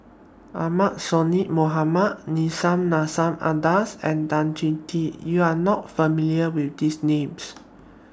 Ahmad Sonhadji Mohamad Nissim Nassim Adis and Tan Choh Tee YOU Are not familiar with These Names